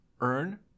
Earn